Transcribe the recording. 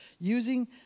Using